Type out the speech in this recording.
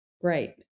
great